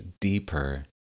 deeper